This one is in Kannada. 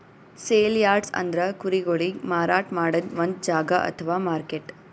ಸೇಲ್ ಯಾರ್ಡ್ಸ್ ಅಂದ್ರ ಕುರಿಗೊಳಿಗ್ ಮಾರಾಟ್ ಮಾಡದ್ದ್ ಒಂದ್ ಜಾಗಾ ಅಥವಾ ಮಾರ್ಕೆಟ್